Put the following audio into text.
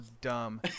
dumb